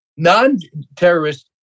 non-terrorist